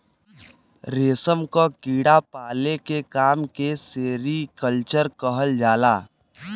रेशम क कीड़ा पाले के काम के सेरीकल्चर कहल जाला